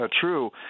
true